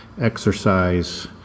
exercise